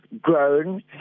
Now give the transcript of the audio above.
grown